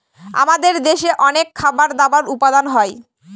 আমাদের দেশে অনেক খাবার দাবার উপাদান হয়